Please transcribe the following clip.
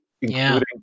including